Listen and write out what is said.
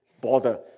bother